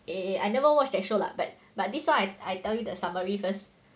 eh I never watch that show lah but but this one I I tell you the summary first